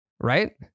right